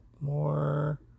more